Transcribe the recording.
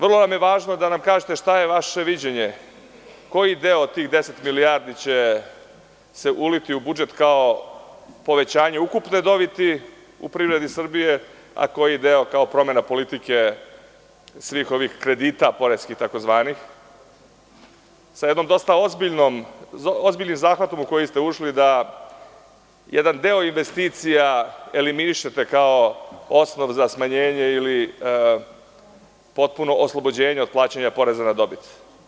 Vrlo je važno da nam kažete šta je vaše viđenje, koji deo od tih 10 milijardi će se uliti u budžet kao povećanje ukupne dobiti u privredi Srbije, a koji deo kao promena politike svih ovih kredita, poreskih takozvanih, sa jednim ozbiljnim zahvatom u koji ste ušli, da jedan deo investicija eliminišete kao osnov za smanjenje ili potpuno oslobođenje od plaćanja poreza na dobit.